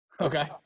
Okay